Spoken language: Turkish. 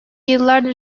yıllardır